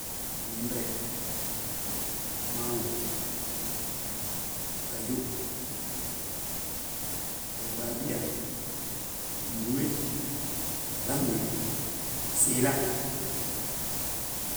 Limbire, mangu, gaju, baabiyaa, mbúwe, fŧabñe, siila